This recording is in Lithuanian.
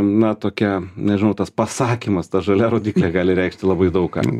na tokia nežinau tas pasakymas ta žalia rodyklė gali reikšti labai daug ką